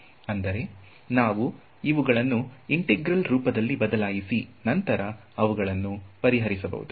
ಅಂದರೆ ನಾವು ಇವುಗಳನ್ನು ಇಂತೆಗ್ರಲ್ ರೂಪದಲ್ಲಿ ಬದಲಾಯಿಸಿ ನಂತರ ಅವುಗಳನ್ನು ಪರಿಹರಿಸಬಹುದು